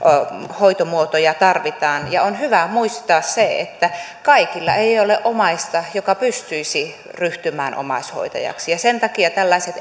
hoitomuotoja tarvitaan on hyvä muistaa se että kaikilla ei ole omaista joka pystyisi ryhtymään omaishoitajaksi sen takia tällaiset